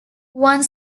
one